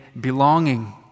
belonging